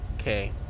Okay